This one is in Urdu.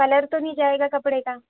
کلر تو نہیں جائے گا کپڑے کا